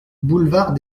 boulevard